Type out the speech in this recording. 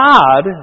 God